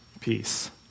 peace